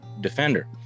defender